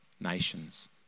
nations